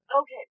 Okay